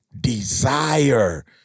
desire